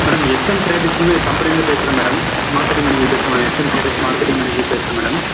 madam S M டிரேடர்ஸ்ன்னு கம்பெனியில இருந்து பேசுகிறோம் மேடம் மார்க்கெட்டிங் மேனேஜர் பேசுகிறோம் எஸ்எம் டிரேடர்ஸ் மார்க்கெட்டிங் மேனேஜர் பேசுகிறேன் மேடம்